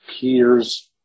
peers